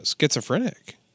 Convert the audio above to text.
schizophrenic